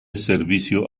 servicio